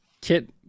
kit